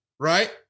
Right